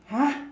!huh!